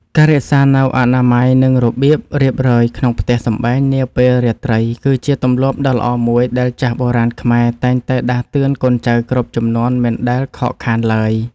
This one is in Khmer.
ការរក្សានូវអនាម័យ និងរបៀបរៀបរយក្នុងផ្ទះសម្បែងនាពេលរាត្រីគឺជាទម្លាប់ដ៏ល្អមួយដែលចាស់បុរាណខ្មែរតែងតែដាស់តឿនកូនចៅគ្រប់ជំនាន់មិនដែលខកខានឡើយ។